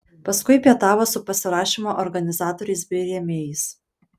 paskui pietavo su pasirašymo organizatoriais bei rėmėjais